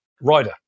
rider